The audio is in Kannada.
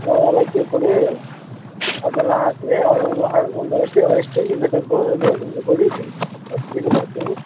ಏಲಕ್ಕಿ ಪುಡಿ ಅದನ್ನೆಲ್ಲ ಹಾಕಿರಿ ಅವು ಒಂದು ಹ ಒಂದು ಎಷ್ಟು ಎಷ್ಟು ಕೆಜಿ ಬೇಕಾತ್ತು ಗೋಧಿದು ನಿಮಗೆ ಗೋಧಿ ಹುಗ್ಗಿ ಅಷ್ಟು ಕೆಜಿ ಮಾಡಿಸ್ತೀರಿ ನೀವು